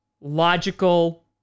logical